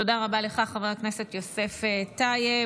תודה רבה לך, חבר הכנסת יוסף טייב.